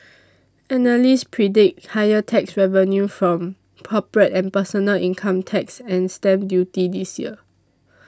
analysts predict higher tax revenue from corporate and personal income tax and stamp duty this year